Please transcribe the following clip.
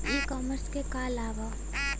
ई कॉमर्स क का लाभ ह?